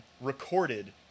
recorded